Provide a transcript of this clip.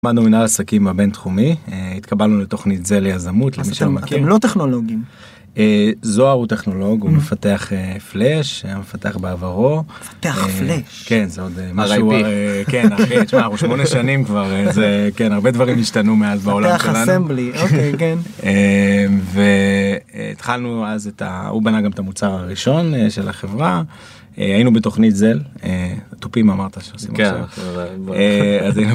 למדנו מנהל עסקים בבן תחומי התקבלנו לתוכנית זל יזמות, אתם לא טכנולוגים זוהר הוא טכנולוג הוא מפתח פלאש, היה מפתח בעברו. מפתח פלאש! RIP, כן זה עוד משהו שמונה שנים כבר זה כן הרבה דברים השתנו מאז בעולם שלנו. מפתח אסמבלי, והתחלנו אז את הוא בנה גם את המוצר הראשון של החברה היינו בתוכנית זל תופים אמרת.